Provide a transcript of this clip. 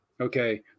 Okay